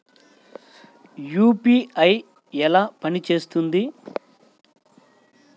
UPI ఎలా పనిచేస్తుంది?